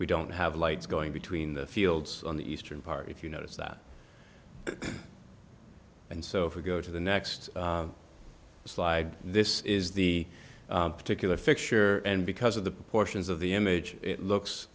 we don't have lights going between the fields on the eastern part if you notice that and so if we go to the next slide this is the particular fixture and because of the portions of the image it looks